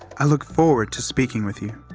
i look forward to speaking with you.